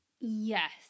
yes